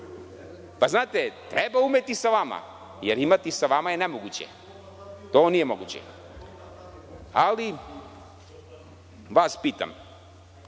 Znate, treba umeti sa vama, jer imati sa vama je nemoguće. Ovo nije moguće. Nije tako